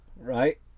right